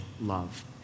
love